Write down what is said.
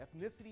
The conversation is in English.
ethnicity